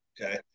Okay